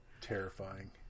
terrifying